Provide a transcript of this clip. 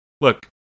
look